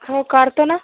हो काढतो ना